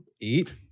Eat